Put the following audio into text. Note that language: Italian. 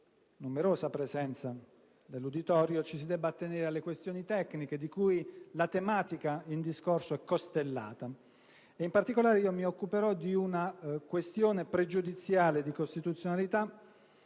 numeroso", ci si debba attenere alle questioni tecniche di cui la tematica in discorso è costellata. In particolare, mi occuperò di una questione pregiudiziale di costituzionalità